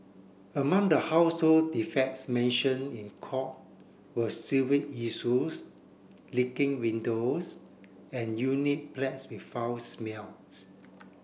among the household defects mentioned in court were sewage issues leaking windows and unit plagued with foul smells